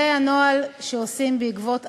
זה הנוהל שעושים בעקבות עררים,